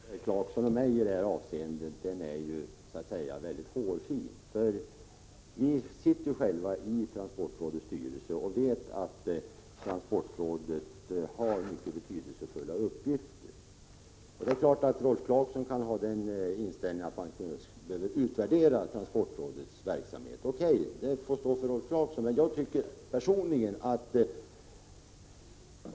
Herr talman! Skillnaden mellan Rolf Clarkson och mig i detta avseende är hårfin. Vi sitter båda i transportrådets styrelse och vet att transportrådet har mycket betydelsefulla uppgifter. Rolf Clarkson må ha den inställningen att man behöver utvärdera transportrådets verksamhet — O. K., det får stå för honom.